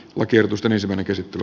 oikeutus tänä suvena suorittaa